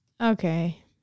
Okay